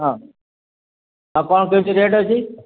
ହଁ ଆଉ କଣ କେମତି ରେଟ୍ ଅଛି